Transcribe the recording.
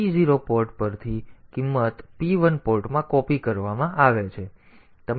તેથી p0 port પરથી કિંમત p1 પોર્ટમાં કૉપિ કરવામાં આવે છે